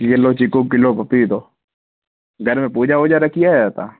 kilo चीकू kilo पपीतो घर में पूजा वूजा रखी आहे छा तव्हां